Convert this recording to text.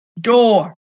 door